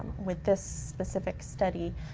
with this specific study,